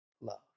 love